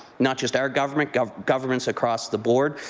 not just our government, governments across the board,